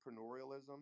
entrepreneurialism